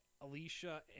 Alicia